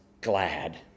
glad